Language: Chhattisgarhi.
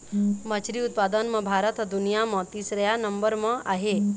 मछरी उत्पादन म भारत ह दुनिया म तीसरइया नंबर म आहे